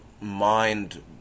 mind